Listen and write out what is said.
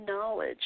knowledge